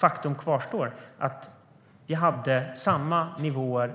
Faktum kvarstår, att vi hade